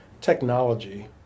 technology